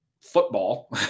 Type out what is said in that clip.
football